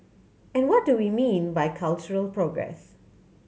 and what do we mean by cultural progress